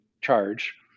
charge